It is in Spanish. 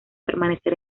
permanecer